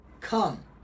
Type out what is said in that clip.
come